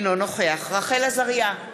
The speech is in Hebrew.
אינו נוכח רחל עזריה,